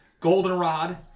goldenrod